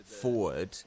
forward